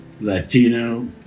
Latino